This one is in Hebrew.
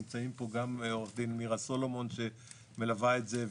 נמצאת פה גם עורכת הדין מירה סולומון שמלווה את זה,